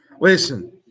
Listen